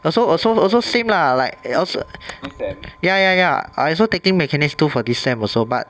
also also also same lah like y~ als~ ya ya ya I also taking mechanics two for this sem also but